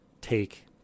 take